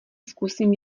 zkusím